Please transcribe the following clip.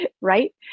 right